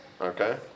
okay